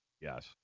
Yes